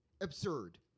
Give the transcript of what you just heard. absurd